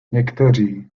někteří